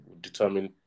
determine